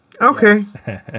Okay